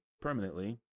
permanently